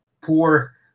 poor